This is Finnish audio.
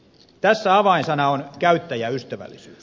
tässä avainsana on käyttäjäystävällisyys